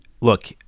look-